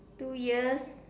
two ears